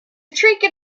trinket